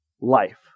life